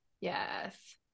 Yes